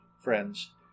friends